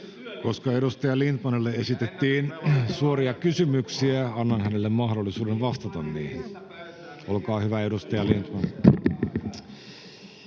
Koska edustaja Lindtmanille esitettiin suoria kysymyksiä, annan hänelle mahdollisuuden vastata niihin. — Olkaa hyvä, edustaja Lindtman.